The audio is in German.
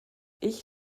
ich